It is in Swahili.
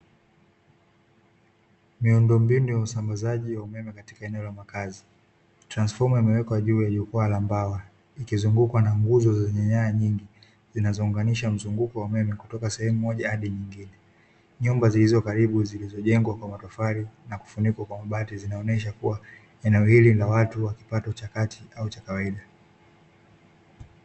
Miundombinu ya usambazaji wa umeme katika eneo la makazi transifoma imewekwa juu ya jukwaa la mbawa ikizungukwa na nguzo zenye nyaya nyingi zinazounganisha mzunguko wa umeme kutoka sehemu moja hadi nyingine. Nyumba zilizokaribu zilizojengwa kwa matofali na kufunikwa kwa mabati zinaonesha kuwa eneo hili ni la watu wa kupato cha kati au cha kawaida.